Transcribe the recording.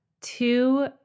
two